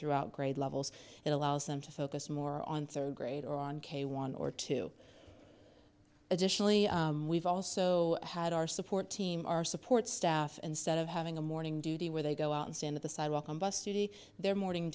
throughout grade levels that allows them to focus more on third grade or on k one or two additionally we've also had our support team our support staff instead of having a morning duty where they go out and stand at the sidewalk on bus duty their morning